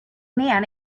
man